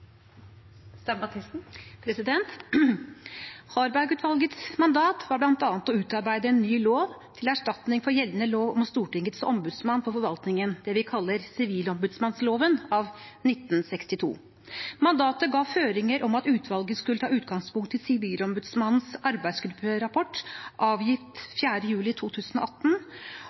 mandat var bl.a. å utarbeide en ny lov til erstatning for gjeldende lov om Stortingets ombudsmann for forvaltningen, det vi kaller sivilombudsmannsloven av 1962. Mandatet ga føringer om at utvalget skulle ta utgangspunkt i Sivilombudsmannens arbeidsgrupperapport avgitt 4. juli 2018